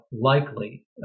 likely